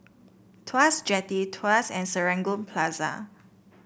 Tuas Jetty Tuas and Serangoon Plaza